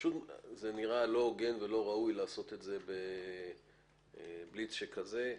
פשוט זה נראה לא הוגן ולא ראוי לעשות את זה ב"בליץ" שכזה,